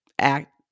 act